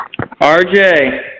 RJ